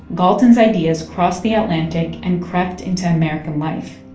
galton's ideas crossed the atlantic and crept into american life.